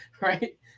right